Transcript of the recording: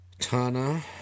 Tana